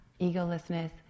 egolessness